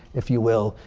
if you will,